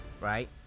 right